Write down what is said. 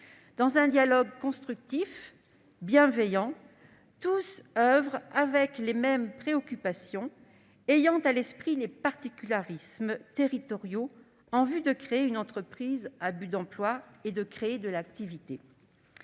dans un dialogue constructif et bienveillant. Tous oeuvrent avec les mêmes préoccupations, en ayant à l'esprit les particularismes territoriaux, en vue de créer une entreprise à but d'emploi et de l'activité.